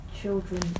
children